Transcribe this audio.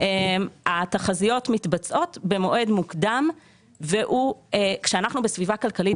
התחזיות מתבצעות במועד מוקדם וכשאנחנו בסביבה כלכלית